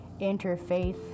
interfaith